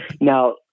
Now